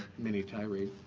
mini tirade.